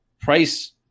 price